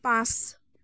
পাঁচ